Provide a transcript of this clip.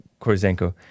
Korzenko